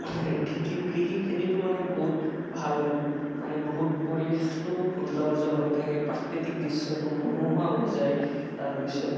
খেতি কৃষি খেতিটো মানে বহুত ভাল আৰু মানে বহুত পৰিৱেশটো সুন্দৰ যে হৈ থাকে প্ৰাকৃতিক দৃশ্যটো মনোমোহা হৈ যায় তাৰপিছত